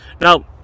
now